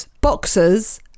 boxers